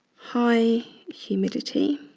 high humidity,